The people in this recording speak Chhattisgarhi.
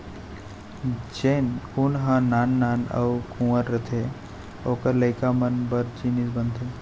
जेन ऊन ह नान नान अउ कुंवर रथे ओकर लइका मन बर जिनिस बनाथे